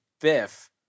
Biff